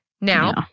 Now